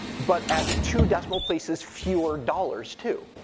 but at two decimal places fewer dollars, too,